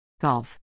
Golf